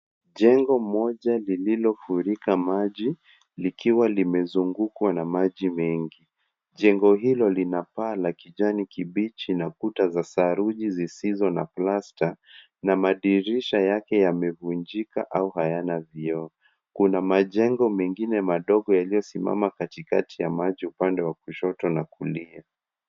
Jengo moja lililofurika maji likiwa limezungukwa na maji mengi. Jengo hilo lina paa la kijani kibichi na kuta za saruji zisizo na plasta na madirisha yake yamevunjika au hayana vioo. Kuna majengo mengine madogo yaliyosimama katikati ya maji upande wa kushoto na kulia.